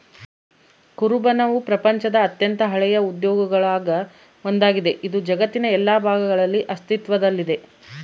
ಕುರುಬನವು ಪ್ರಪಂಚದ ಅತ್ಯಂತ ಹಳೆಯ ಉದ್ಯೋಗಗುಳಾಗ ಒಂದಾಗಿದೆ, ಇದು ಜಗತ್ತಿನ ಎಲ್ಲಾ ಭಾಗಗಳಲ್ಲಿ ಅಸ್ತಿತ್ವದಲ್ಲಿದೆ